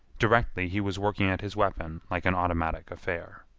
directly he was working at his weapon like an automatic affair.